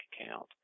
account